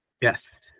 Yes